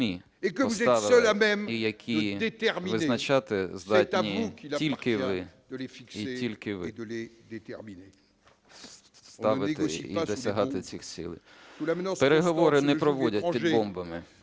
і які визначати здатні тільки ви і тільки ви, ставити і досягати цих цілей. Переговори не проводять під бомбами,